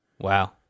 Wow